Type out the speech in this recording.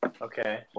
Okay